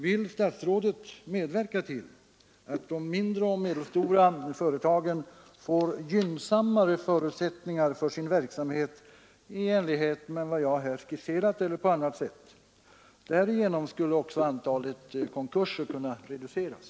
Vill ståtsrådet medverka till att de mindre och medelstora företagen får gynnsammare förutsättningar för sin verksamhet i enlighet med vad jag här skisserat eller på annat sätt? Därigenom skulle också antalet konkurser kunna reduceras.